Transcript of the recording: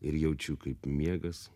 ir jaučiu kaip miegas